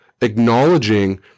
acknowledging